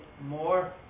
more